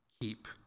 Keep